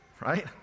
right